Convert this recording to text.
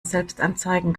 selbstanzeigen